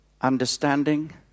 understanding